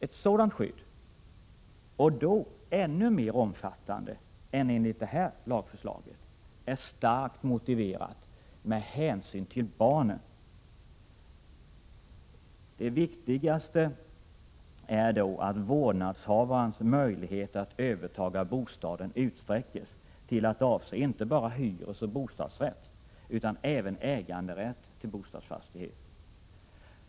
Ett sådant skydd, och då ännu mer omfattande än enligt föreliggande lagförslag, är starkt motiverat av hänsyn till barnen. Det viktigaste är då att vårdnadshavarens möjligheter att överta bostaden utsträcks till att avse inte bara hyresoch bostadsrätt utan även äganderätt till bostadsfastighet.